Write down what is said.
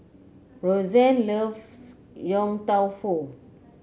Rozanne loves Yong Tau Foo